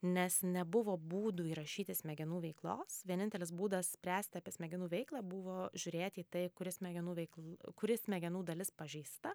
nes nebuvo būdų įrašyti smegenų veiklos vienintelis būdas spręsti apie smegenų veiklą buvo žiūrėti į tai kuri smegenų veikl kuri smegenų dalis pažeista